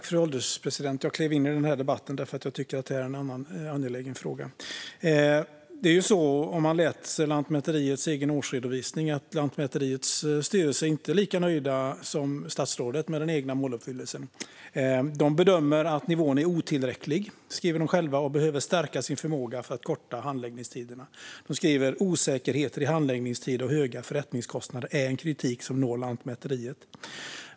Fru ålderspresident! Jag kliver in i den här debatten eftersom jag tycker att detta är en angelägen fråga. Det är ju så - det ser man om man läser Lantmäteriets egen årsredovisning - att Lantmäteriets styrelse inte är lika nöjd som statsrådet är med Lantmäteriets måluppfyllelse. De bedömer att nivån är otillräcklig - det skriver de själva - och att man behöver stärka sin förmåga för att korta handläggningstiderna. De skriver: Osäkerheter i handläggningstid och höga förrättningskostnader är en kritik som når Lantmäteriet.